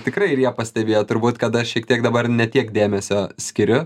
tikrai ir jie pastebėjo turbūt kada šiek tiek dabar ne tiek dėmesio skiriu